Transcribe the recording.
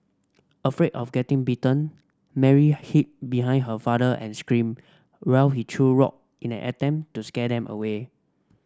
afraid of getting bitten Mary hid behind her father and screamed while he threw rock in an attempt to scare them away